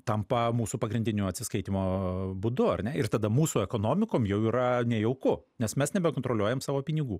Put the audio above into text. tampa mūsų pagrindiniu atsiskaitymo būdu ar ne ir tada mūsų ekonomikom jau yra nejauku nes mes nebekontroliuojam savo pinigų